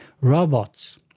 robots